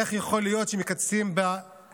איך יכול להיות שמקצצים בחינוך?